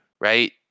right